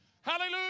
Hallelujah